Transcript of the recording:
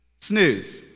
Snooze